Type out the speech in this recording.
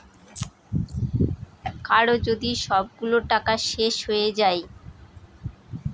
কারো যদি সবগুলো টাকা শেষ হয়ে যায়